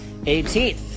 18th